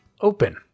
Open